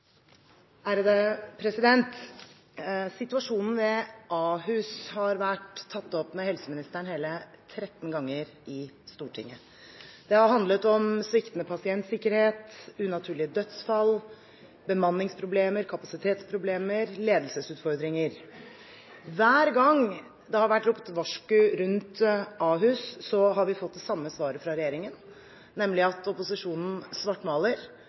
Siv Jensen. Situasjonen ved Ahus har vært tatt opp med helseministeren hele 13 ganger i Stortinget. Det har handlet om sviktende pasientsikkerhet, unaturlige dødsfall, bemanningsproblemer, kapasitetsproblemer og ledelsesutfordringer. Hver gang det har vært ropt varsku rundt Ahus, har vi fått det samme svaret fra regjeringen, nemlig at opposisjonen svartmaler,